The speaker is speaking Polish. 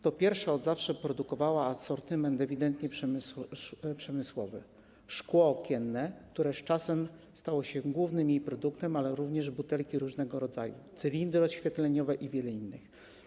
Ta pierwsza od zawsze produkowała asortyment ewidentnie przemysłowy: szkło okienne, które z czasem stało się jej głównym produktem, ale również butelki różnego rodzaju, cylindry oświetleniowe i wiele innych.